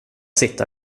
sitta